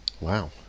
Wow